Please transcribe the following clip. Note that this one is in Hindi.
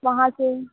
वहाँ से